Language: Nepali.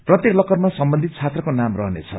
प्रत्येक लकरमा सम्बन्धित छात्रको नाम रहनेछ